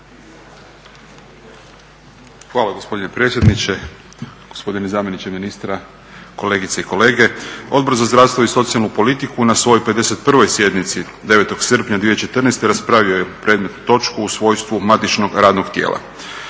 Hvala gospodine predsjedniče, gospodine zamjeniče ministra, kolegice i kolege. Odbor za zdravstvo i socijalnu politiku na svojoj 51. sjednici 9. srpnja 2014. raspravio je predmetnu točku u svojstvu matičnog radnog tijela.